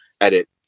edit